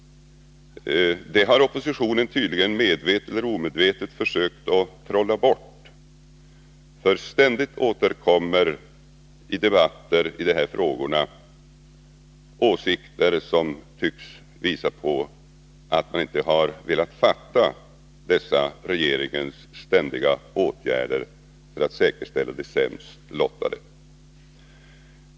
Det har oppositionen tydligen medvetet eller omedvetet försökt att trolla bort. Ständigt återkommer i debatter i dessa frågor åsikter som visar att man inte har velat fatta dessa regeringens ständiga åtgärder för att säkerställa de sämst lottades situation.